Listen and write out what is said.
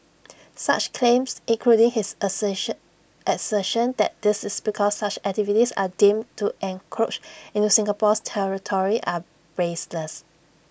such claims including his assertion assertion that this is because such activities are deemed to encroach into Singapore's territory are baseless